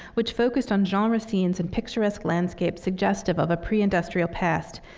which focused on genre scenes and picturesque landscapes suggestive of a pre-industrial past,